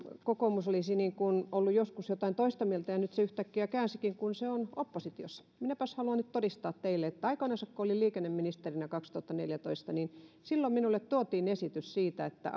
kokoomus olisi ollut joskus jotain toista mieltä ja nyt se yhtäkkiä käänsikin sen kun se on oppositiossa minäpäs haluan nyt todistaa teille että aikoinansa kun olin liikenneministerinä kaksituhattaneljätoista niin silloin minulle tuotiin esitys siitä että